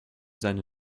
seine